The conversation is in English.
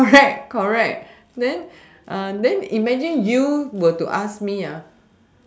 correct correct then uh then imagine you were to ask me a